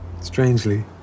Strangely